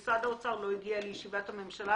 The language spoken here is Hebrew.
משרד האוצר לא הגיע לישיבת הממשלה,